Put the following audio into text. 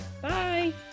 bye